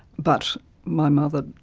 but my mother,